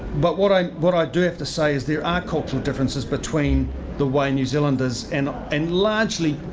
but what i what i do have to say is there are cultural differences between the way new zealanders and and largely,